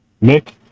Nick